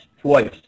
twice